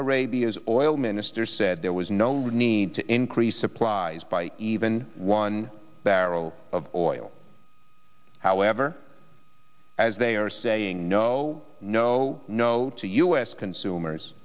arabia's oil minister said there was no need to increase supplies by even one barrel of oil however as they are saying no no no to u s consumers